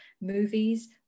movies